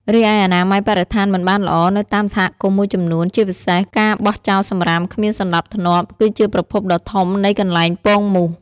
រីឯអនាម័យបរិស្ថានមិនបានល្អ នៅតាមសហគមន៍មួយចំនួន ជាពិសេសការបោះចោលសំរាមគ្មានសណ្តាប់ធ្នាប់ គឺជាប្រភពដ៏ធំនៃកន្លែងពងមូស។